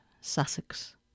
Sussex